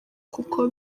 kuko